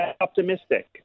optimistic